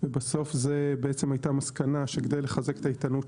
ובסוף זו הייתה המסקנה שכדי לחזק את ההתנהלות